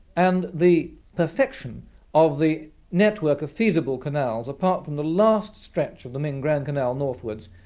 and the perfection of the network of feasible canals, apart from the last stretch of the ming grand canal northwards,